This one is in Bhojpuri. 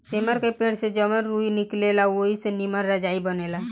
सेमर के पेड़ से जवन रूई निकलेला ओई से निमन रजाई बनेला